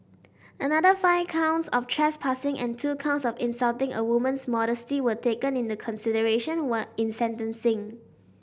another five counts of trespassing and two counts of insulting a woman's modesty were taken in the consideration when in sentencing